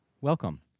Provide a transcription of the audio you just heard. welcome